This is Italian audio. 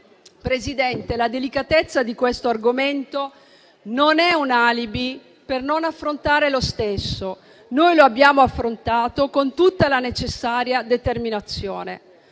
Presidente, la delicatezza di questo argomento non è un alibi per non affrontare lo stesso. Noi lo abbiamo affrontato con tutta la necessaria determinazione.